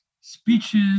speeches